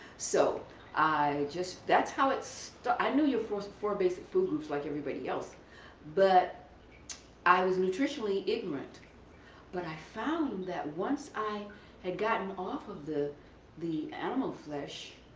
so i just, that's how it so started. i know your four four basic food groups like everybody else but i was nutritionally ignorant but i found that once i have gotten off of the the animal flesh,